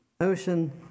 ocean